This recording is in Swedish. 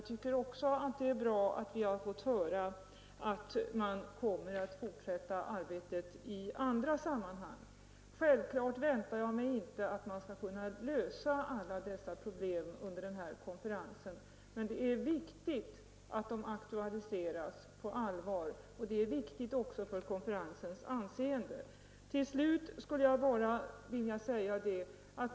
Det är också bra att vi har fått höra att man kommer att fortsätta arbetet i andra sammanhang. Självklart väntar jag mig inte att man skall kunna lösa alla dessa problem under konferensen, men det är viktigt att de aktualiseras på allvar — det är viktigt också för konferensens anseende.